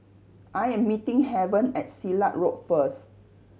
I am meeting Heaven at Silat Road first